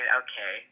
okay